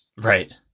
right